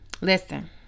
Listen